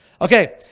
Okay